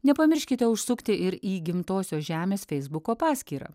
nepamirškite užsukti ir į gimtosios žemės feisbuko paskyrą